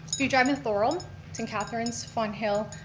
if you drive in thorold, it's in catharine's, fon thill,